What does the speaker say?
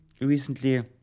recently